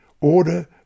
order